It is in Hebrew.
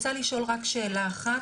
שגם לעולים היהודים.